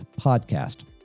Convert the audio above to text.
podcast